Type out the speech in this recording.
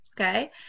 okay